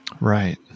Right